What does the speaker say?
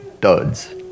duds